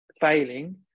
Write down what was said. failing